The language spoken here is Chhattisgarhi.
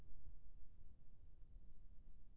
मोर खाता मैं कतक रुपया हे?